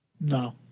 No